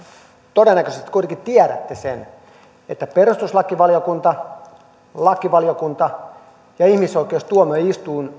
todennäköisesti kuitenkin tiedätte sen että perustuslakivaliokunta lakivaliokunta ja ihmisoikeustuomioistuin